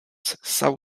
ssał